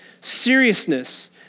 seriousness